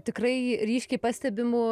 tikrai ryškiai pastebimu